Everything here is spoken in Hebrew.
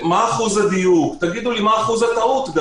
מה אחוז הדיוק, מה אחוד הטעות?